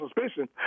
suspicion